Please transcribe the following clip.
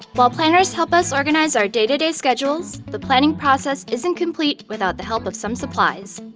while planners help us organize our day-to-day schedules, the planning process isn't complete without the help of some supplies.